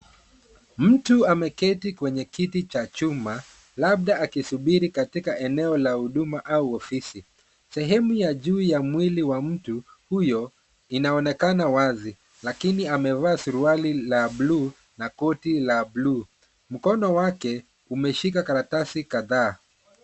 Mtu ameketi kwenye kiti cha chuma, labda akisubiri katika eneo la huduma au ofisi. Sehemu ya juu ya mwili wa mtu huyo, inaonekana wazi lakini amevaa suruali la buluu na koti la buluu. Mkono wake umeshika karatasi kadhaa.